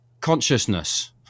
consciousness